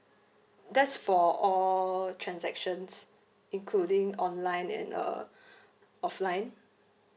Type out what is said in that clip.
that's for all transactions including online and uh offline